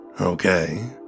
okay